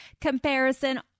comparison